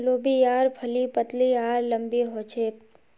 लोबियार फली पतली आर लम्बी ह छेक